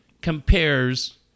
compares